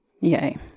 yay